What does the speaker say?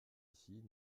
ici